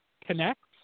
connects